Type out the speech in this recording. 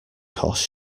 cost